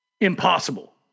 impossible